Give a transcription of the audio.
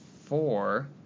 four